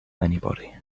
anybody